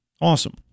Awesome